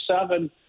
seven